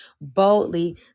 boldly